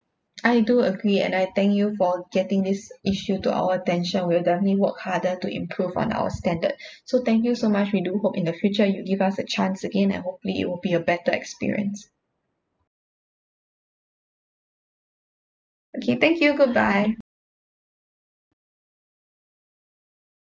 I do agree and I thank you for getting this issue to our attention we'll definitely work harder to improve on our standards so thank you so much we do hope in the future you give us a chance again and hopefully it will be a better experience okay thank you goodbye